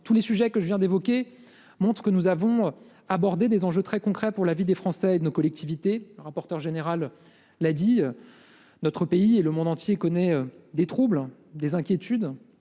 tous les sujets que je viens d'évoquer monte que nous avons abordé des enjeux très concrets pour la vie des Français et de nos collectivités rapporteur général là dit. Notre pays et le monde entier connaît des troubles, des inquiétudes